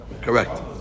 Correct